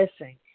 missing